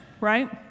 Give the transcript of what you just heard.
right